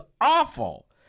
awful